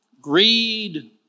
greed